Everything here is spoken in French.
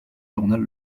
journal